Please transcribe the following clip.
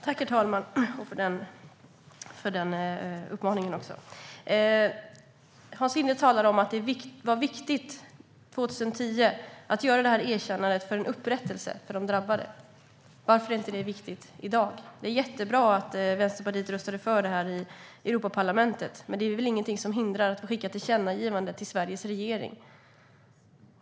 Herr talman! Tack för den uppmaningen! Hans Linde talar om att det var viktigt 2010 att göra det här erkännandet för en upprättelse för de drabbade. Varför är inte det viktigt i dag? Det är jättebra att Vänsterpartiet röstade för detta i Europaparlamentet, men det är väl ingenting som hindrar ett tillkännagivande till Sveriges regering.